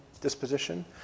disposition